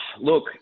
Look